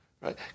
right